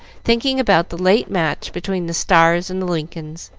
thinking about the late match between the stars and the lincolns,